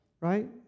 right